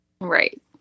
Right